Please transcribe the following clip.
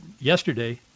yesterday